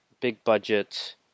big-budget